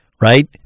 right